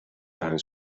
tuin